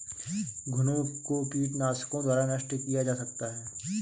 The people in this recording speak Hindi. घुनो को कीटनाशकों द्वारा नष्ट किया जा सकता है